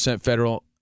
federal